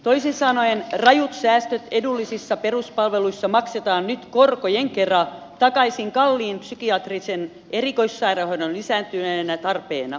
toisin sanoen rajut säästöt edullisissa peruspalveluissa maksetaan nyt korkojen kera takaisin kalliin psykiatrisen erikoissairaanhoidon lisääntyneenä tarpeena